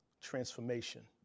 transformation